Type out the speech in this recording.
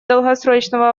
долгосрочного